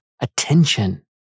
attention